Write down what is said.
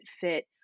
fit